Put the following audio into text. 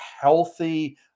healthy